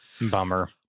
bummer